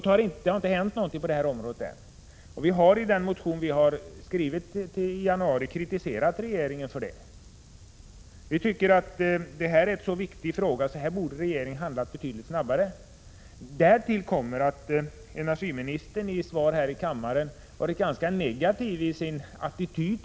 Men det har inte hänt någonting på det här området, och vi har i den motion som vi skrev i januari kritiserat regeringen för det. Vi tycker att detta är en så viktig fråga att regeringen borde ha handlat betydligt snabbare. Därtill kommer att energiministern i svar här i kammaren varit ganska negativ i sin attityd.